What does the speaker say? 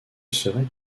serait